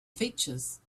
features